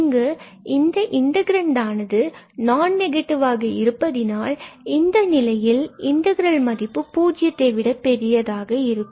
இங்கு இந்த இரண்கிரண்டானது நான் நெகட்டிவாக இருப்பதினால் இந்த நிலையில் இந்த இன்டகிரல் மதிப்பு பூஜ்ஜியத்தை விட பெரியதாக இருக்கும்